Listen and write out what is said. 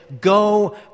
go